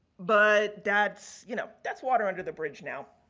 but that's, you know, that's water under the bridge now.